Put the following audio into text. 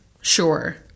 sure